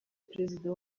perezida